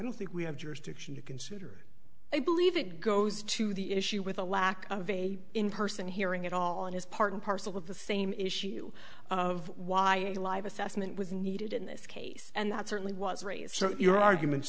don't think we have jurisdiction to consider i believe it goes to the issue with a lack of a in person hearing at all and is part and parcel of the same issue of why you live assessment was needed in this case and that certainly was raised so your argument